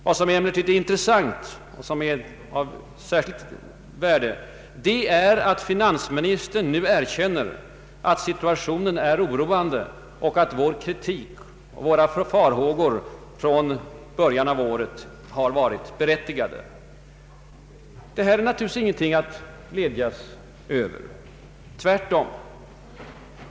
Vad som är intressant och anmärkningsvärt är att finansministern nu erkänner att situationen är oroande och att vår kritik och våra farhågor från början av året har varit berättigade. Det är naturligtvis ingenting att glädjas över. Tvärtom.